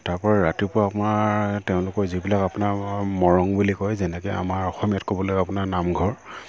তাৰ পৰা ৰাতিপুৱা আপোনাৰ তেওঁলোকৰ যিবিলাক আপোনাৰ মৰং বুলি কয় যেনেকৈ আমাৰ অসমীয়াত ক'বলৈ আপোনাৰ নামঘৰ